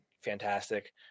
fantastic